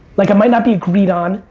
like, i might not be agreed on,